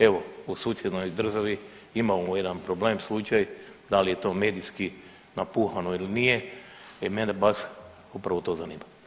Evo u susjednoj državi imamo jedan problem slučaj da li je to medijski napuhano ili nije i mene baš upravo to zanima.